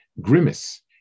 grimace